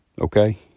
okay